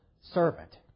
servant